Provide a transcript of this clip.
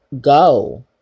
go